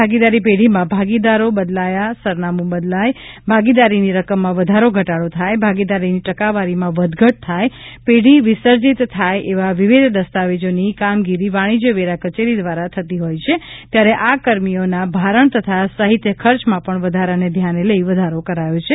ભાગીદારી પેઢીમાં ભાગીદારો બદલાય સરનામુ બદલાય ભાગીદારીની રકમમાં વધારો ઘટાડો થાય ભાગીદારીની ટકાવારીમાં વધ ઘટ થાય પેઢી વિસર્જિત થાય એવા વિવિધ દસ્તાવેજોની કામગીરી વાણિજ્ય વેરા કચેરી દ્વારા થતી હોય છે ત્યારે આ કર્મીઓના ભારણ તથા સાહિત્ય ખર્ચમાં પણ વધારાને ધ્યાને લઇ વધારો કરાયો છે